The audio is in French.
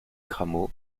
cramaux